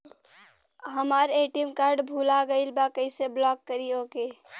हमार ATM card भूला गईल बा कईसे ब्लॉक करी ओके?